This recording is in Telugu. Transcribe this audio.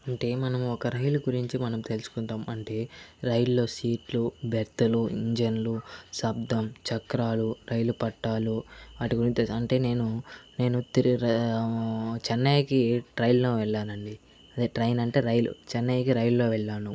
అంటే మనము ఒక రైలు గురించి మనం తెలుసుకుందాం అంటే రైల్ లో సీట్లు బెర్తులు ఇంజన్లు శబ్దం చక్రాలు రైలు పట్టాలు ఆటి గురించి తెలుసు అంటే నేను నేను చెన్నైకి ట్రైన్ లో వెళ్ళానండి అదే ట్రైన్ అంటే రైలు చెన్నైకి రైలు లో వెళ్ళాను